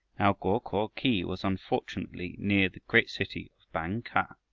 now go-ko-khi was, unfortunately, near the great city of bang-kah.